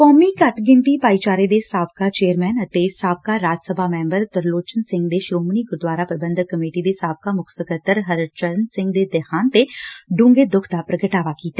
ਕੌਮੀ ਘੱਟ ਗਿਣਤੀ ਭਾਈਚਾਰੇ ਦੇ ਸਾਬਕਾ ਚੇਅਰਮੈਨ ਅਤੇ ਸਾਬਕਾ ਰਾਜ ਸਭਾ ਮੈਬਰ ਤਰਲੋਚਨ ਸਿੰਘ ਨੇ ਸ੍ਰੋਮਣੀ ਗੁਰਦੁਆਰਾ ਪੁਬੰਧਕ ਕਮੇਟੀ ਦੇ ਸਾਬਕਾ ਮੁੱਖ ਸਕੱਤਰ ਹਰਚਰਨ ਸਿੰਘ ਦੇ ਦੇਹਾਂਤ ਤੇ ਡੰਘੇ ਦੁੱਖ ਦਾ ਪੁਗਟਾਵਾ ਕੀਤਾ